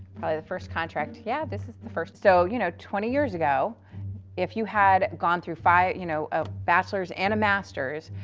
the first contract. yeah. this is the first. so, you know, twenty years ago if you had gone through five, you know, a and master's,